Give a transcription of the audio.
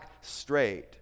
straight